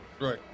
Right